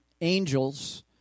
angels